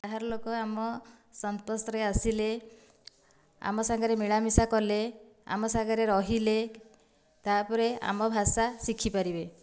ବାହାର ଲୋକ ଆମ ସଂସ୍ପର୍ଶରେ ଆସିଲେ ଆମ ସାଙ୍ଗରେ ମିଳାମିଶା କଲେ ଆମ ସାଙ୍ଗରେ ରହିଲେ ତା'ପରେ ଆମ ଭାଷା ଶିଖିପାରିବେ